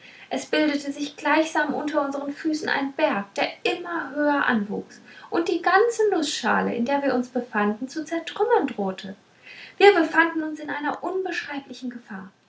es bildete sich gleichsam unter unsern füßen ein berg der immer höher anwuchs und die ganze nußschale in der wir uns befanden zu zertrümmern drohte wir befanden uns in einer unbeschreiblichen gefahr